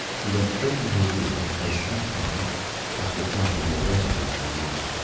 he went straight into his room, his face quite calm perhaps a trifle more resolute than usual.